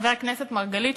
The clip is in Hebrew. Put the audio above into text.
חבר הכנסת מרגלית,